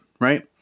right